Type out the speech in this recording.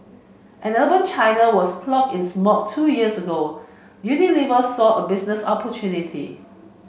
as urban China was cloaked in smog two years ago Unilever saw a business opportunity